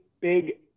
big